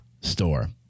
Store